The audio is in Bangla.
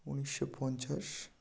উনিশশো পঞ্চাশ